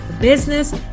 business